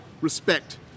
respect